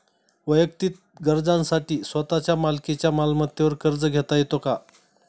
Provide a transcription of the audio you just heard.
वैयक्तिक गरजांसाठी स्वतःच्या मालकीच्या मालमत्तेवर कर्ज घेता येतो का?